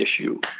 issue